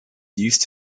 used